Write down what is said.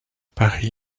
paris